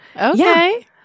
Okay